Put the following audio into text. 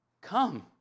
Come